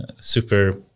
super